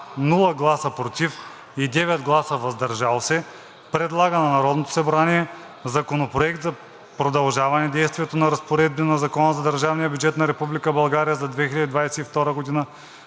без „против“ и 9 гласа – „въздържал се“, предлага на Народното събрание Законопроект за продължаване действието на разпоредби на Закона за държавния бюджет на Република